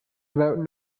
about